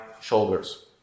shoulders